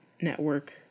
network